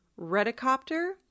Redicopter